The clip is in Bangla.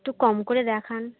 একটু কম করে দেখান